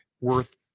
worth